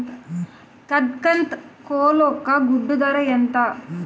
కదక్నత్ కోళ్ల ఒక గుడ్డు ధర ఎంత?